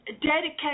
dedicate